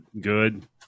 good